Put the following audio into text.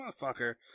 motherfucker